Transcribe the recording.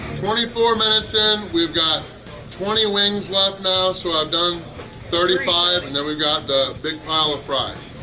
twenty four minutes in. we've got twenty wings left now, so i've done thirty five, and then we've got the big pile of fries.